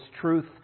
truth